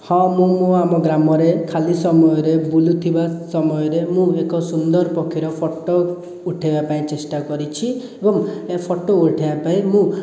ହଁ ମୁଁ ମୋ' ଆମ ଗ୍ରାମରେ ଖାଲି ସମୟରେ ବୁଲୁଥିବା ସମୟରେ ମୁଁ ଏକ ସୁନ୍ଦର ପକ୍ଷୀର ଫଟୋ ଉଠାଇବା ପାଇଁ ଚେଷ୍ଟା କରିଛି ଏବଂ ଏଇ ଫଟୋ ଉଠାଇବା ପାଇଁ ମୁଁ